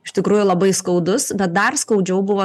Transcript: iš tikrųjų labai skaudus bet dar skaudžiau buvo